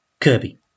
Kirby